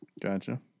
Gotcha